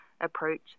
approach